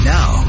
Now